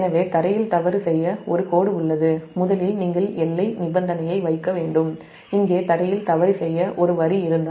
எனவே க்ரவுன்ட்ல் தவறு செய்ய ஒரு கோடு உள்ளது முதலில் நீங்கள் எல்லை நிபந்தனையை வைக்க வேண்டும் இங்கே க்ரவுன்ட்ல் தவறு செய்ய ஒரு வரி இருந்தால் அதாவது Va 0